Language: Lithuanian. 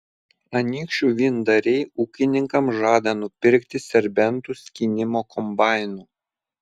anykščių vyndariai ūkininkams žada nupirkti serbentų skynimo kombainų